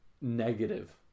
negative